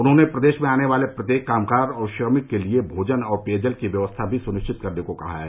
उन्होंने प्रदेश में आने वाले प्रत्येक कामगार और श्रमिक के लिये भोजन और पेयजल की व्यवस्था भी सुनिश्चित करने को कहा है